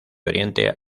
oriente